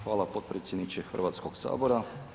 Hvala potpredsjedniče Hrvatskog sabora.